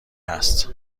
هست